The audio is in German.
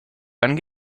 dann